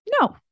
No